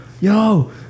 yo